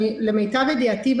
למיטב ידיעתי,